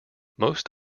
most